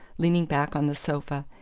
leaning back on the sofa,